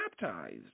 baptized